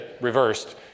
reversed